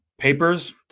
papers